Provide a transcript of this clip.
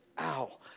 Ow